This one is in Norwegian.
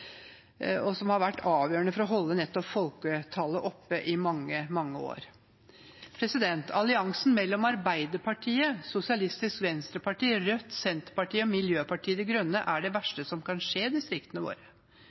mange år har vært avgjørende for å holde folketallet oppe. Alliansen mellom Arbeiderpartiet, SV, Rødt, Senterpartiet og Miljøpartiet De Grønne er det verste som kan skje distriktene våre.